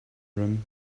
room